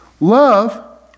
Love